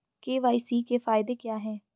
KYC के फायदे क्या है?